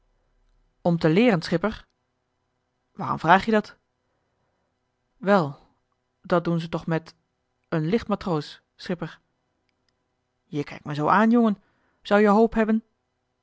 om te leeren schipper waarom vraag je dat wel dat doen ze toch met een licht matroos schipper je kijkt me zoo aan jongen zou-je hoop hebben